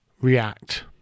react